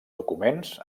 documents